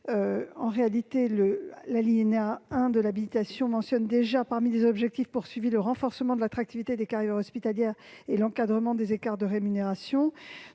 Arnell, le 1° de l'habilitation mentionne déjà, parmi les objectifs visés, le renforcement de l'attractivité des carrières hospitalières et l'encadrement des écarts de rémunération.